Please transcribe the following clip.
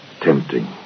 Tempting